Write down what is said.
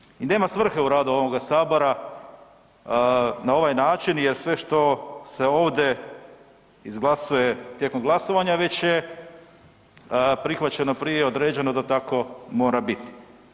Zbog toga i nema svrhe u radu ovoga sabora na ovaj način jer sve što se ovdje izglasuje tijekom glasovanja već je prihvaćeno prije i određeno da tako mora biti.